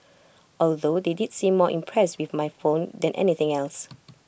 although they did seem more impressed with my phone than anything else